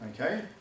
Okay